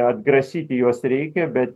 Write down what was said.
atgrasyti juos reikia bet